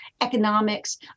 economics